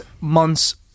month's